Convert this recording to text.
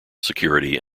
security